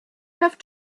have